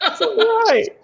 Right